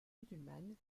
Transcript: musulmane